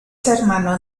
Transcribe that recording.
hermano